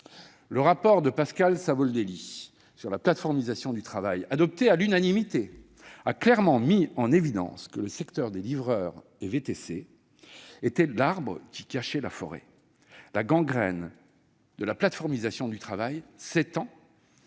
Le rapport de Pascal Savoldelli, intitulé, adopté à l'unanimité, a clairement mis en évidence que le secteur des livreurs et VTC était l'arbre qui cachait la forêt. La gangrène de la plateformisation du travail s'étend